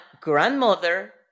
grandmother